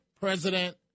president